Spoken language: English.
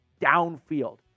downfield